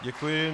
Děkuji.